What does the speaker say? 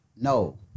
No